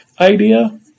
idea